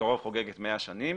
שבקרוב חוגגת 100 שנים